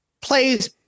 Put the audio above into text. plays